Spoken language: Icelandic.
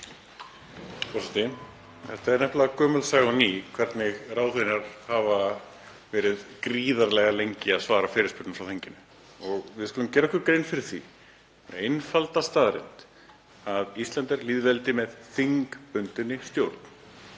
Það er nefnilega gömul saga og ný hvernig ráðherrar hafa verið gríðarlega lengi að svara fyrirspurnum frá þinginu. Við skulum gera okkur grein fyrir þeirri einföldu staðreynd að Ísland er lýðveldi með þingbundinni stjórn.